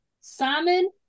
Simon